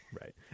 right